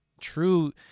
true